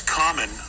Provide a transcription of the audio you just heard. common